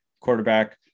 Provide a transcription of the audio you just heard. quarterback